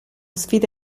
sfide